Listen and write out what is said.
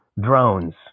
drones